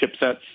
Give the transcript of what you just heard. chipsets